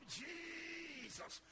jesus